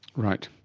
right.